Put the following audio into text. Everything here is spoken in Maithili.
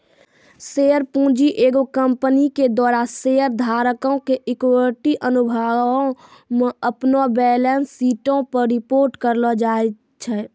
शेयर पूंजी एगो कंपनी के द्वारा शेयर धारको के इक्विटी अनुभागो मे अपनो बैलेंस शीटो पे रिपोर्ट करलो जाय छै